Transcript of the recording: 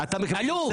אלוף.